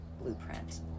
blueprint